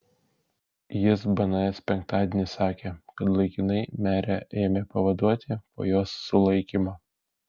jis bns penktadienį sakė kad laikinai merę ėmė pavaduoti po jos sulaikymo